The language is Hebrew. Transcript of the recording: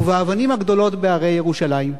ובאבנים הגדולות / שבהרי ירושלים?"